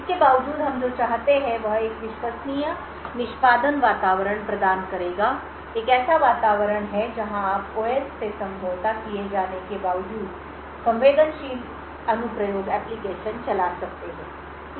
इसके बावजूद हम जो चाहते हैं वह एक विश्वसनीय निष्पादन वातावरण प्रदान करेगा एक ऐसा वातावरण है जहां आप ओएस से समझौता किए जाने के बावजूद संवेदनशील अनुप्रयोग चला सकते हैं